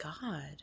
God